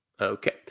Okay